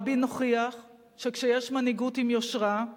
רבין הוכיח שכשיש מנהיגות עם יושרה,